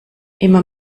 immer